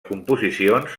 composicions